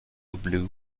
blue